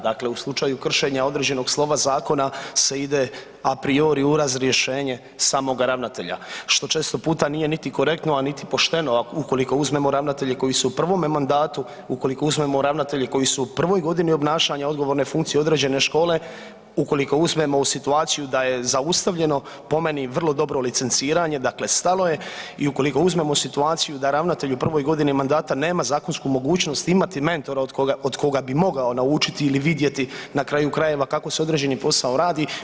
Dakle, u slučaju kršenja određenog slova zakona se ide a priori u razrješenje samoga ravnatelja što često puta nije niti korektno, a niti pošteno ukoliko uzmemo ravnatelje koji su u prvome mandatu, ukoliko uzmemo ravnatelje koji su u prvoj godini obnašanja odgovorne funkcije, određene škole, ukoliko uzmemo situaciju da je zaustavljeno po meni vrlo dobro licenciranje, dakle stalo je i ukoliko uzmemo situaciju da ravnatelj u prvoj godini mandata nema zakonsku mogućnost imati mentora od koga bi mogao naučiti ili vidjeti na kraju krajeva kako se određeni posao radi.